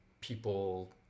people